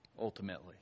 ultimately